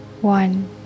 one